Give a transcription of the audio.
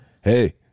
hey